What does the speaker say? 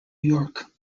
york